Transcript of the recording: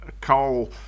coal